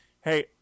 hey